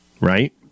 Right